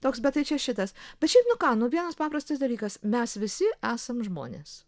toks bet tai čia šitas bet šiaip nu ką nu vienas paprastas dalykas mes visi esam žmonės